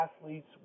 athletes